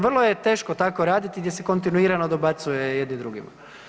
Vrlo je teško tako raditi gdje se kontinuirano dobacuje jedni drugima.